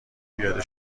پیاده